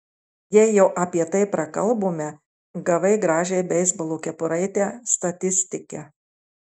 jei jau apie tai prakalbome gavai gražią beisbolo kepuraitę statistike